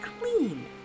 clean